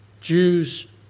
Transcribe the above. Jews